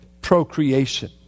Procreation